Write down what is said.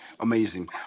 Amazing